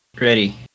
Ready